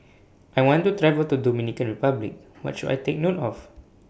I want to travel to Dominican Republic What should I Take note of